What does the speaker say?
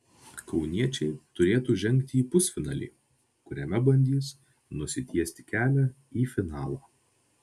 kauniečiai turėtų žengti į pusfinalį kuriame bandys nusitiesti kelią į finalą